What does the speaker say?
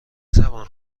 زبان